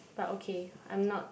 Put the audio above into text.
but okay I'm not